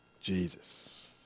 Jesus